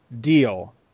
deal